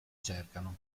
cercano